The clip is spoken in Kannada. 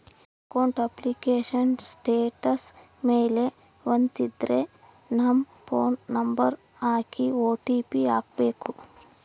ಅಕೌಂಟ್ ಅಪ್ಲಿಕೇಶನ್ ಸ್ಟೇಟಸ್ ಮೇಲೆ ವತ್ತಿದ್ರೆ ನಮ್ ಫೋನ್ ನಂಬರ್ ಹಾಕಿ ಓ.ಟಿ.ಪಿ ಹಾಕ್ಬೆಕು